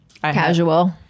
Casual